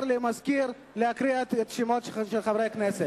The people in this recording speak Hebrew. למזכיר לקרוא את השמות של חברי הכנסת.